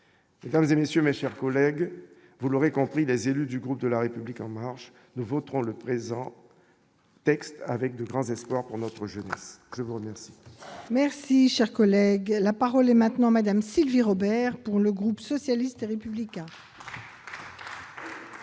dans les messieurs, mes chers collègues, vous l'aurez compris les élus du groupe de la République en marche, nous voterons le présent texte avec de grands espoirs pour notre jeunesse, je vous remercie. Merci, cher collègue, la parole est maintenant Madame Sylvie Robert pour le groupe socialiste et républicain.